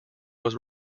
was